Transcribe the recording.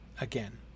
again